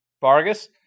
Vargas